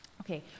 Okay